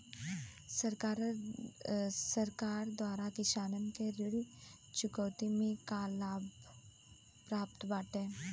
सरकार द्वारा किसानन के ऋण चुकौती में का का लाभ प्राप्त बाटे?